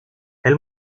elle